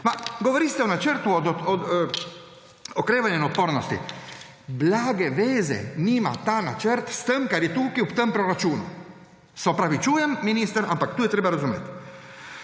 govorite o Načrtu za okrevanje in odpornost. Blage veze nima ta načrt s tem, kar je tukaj v tem proračunu, se opravičujem, minister, ampak to je treba razumeti.